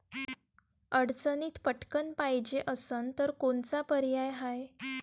अडचणीत पटकण पायजे असन तर कोनचा पर्याय हाय?